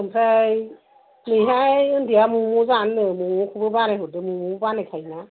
ओमफ्राय नैहाय ओन्दैया मम' जानोनो मम'खौबो बानायहरदो मम'बो बानायखायो ना